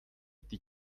die